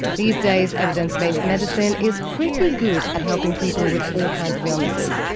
these days evidence-based medicine is pretty good at helping people with all kinds of illnesses.